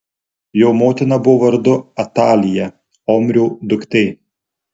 jo motina buvo vardu atalija omrio duktė